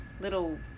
little